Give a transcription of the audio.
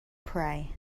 pray